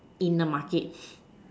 in the Market